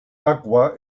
aqua